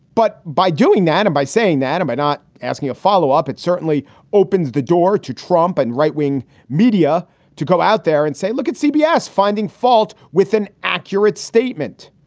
but by doing that and by saying that i'm not asking a follow up, it certainly opens the door to trump and right wing media to go out there and say, look at cbs finding fault with an accurate statement.